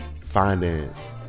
Finance